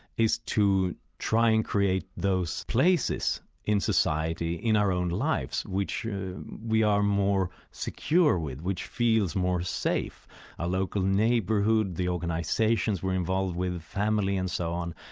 is to try and create those places in society, in our own lives, which we are more secure with, which feel more safe a local neighbour who the organisations were involved with, family and so on,